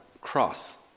cross